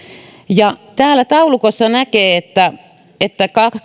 tästä taulukosta näkee että että